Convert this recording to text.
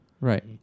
Right